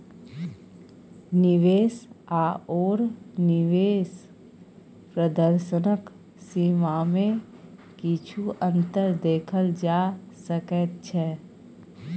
निवेश आओर निवेश प्रदर्शनक सीमामे किछु अन्तर देखल जा सकैत छै